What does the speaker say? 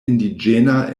indiĝena